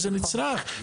שזה נצרך.